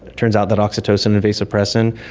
it turns out that oxytocin and vasopressin,